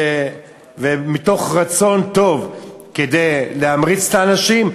ומתוך רצון טוב כדי להמריץ את האנשים,